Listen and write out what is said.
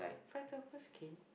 fried octopus can